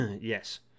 Yes